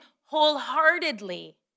wholeheartedly